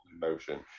motion